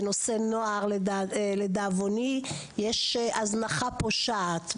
בנושא נוער יש הזנחה פושעת.